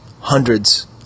hundreds